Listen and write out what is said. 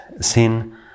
sin